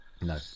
No